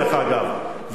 אגב,